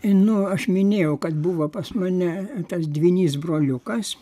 nu aš minėjau kad buvo pas mane tas dvynys broliukas